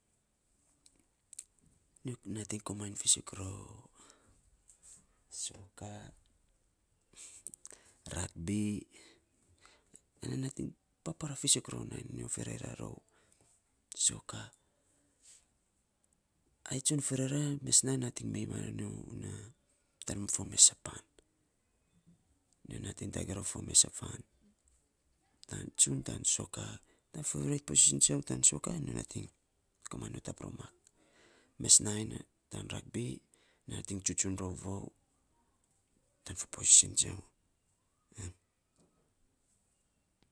Nyo nating komainy fisok rou soccer rugby, anyo nating papara fisok rou nainy nyo ferera rou soccer. Ai tsun ferera nating mei na ro nyo unya tan fo mes an pan. Nyo nating tagei rou fo mes a fan tan tsun tan soca. Tan fo rait posisin tsiau tan soka nyo nating komainy notap rou mak. Mes nainy tan rugby nating rou vou tan fo posisin tsiau.